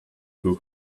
who